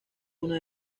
una